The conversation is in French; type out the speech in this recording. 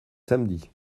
samedi